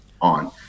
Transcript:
on